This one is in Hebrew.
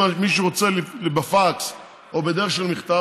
אם מישהו רוצה בפקס או בדרך של מכתב,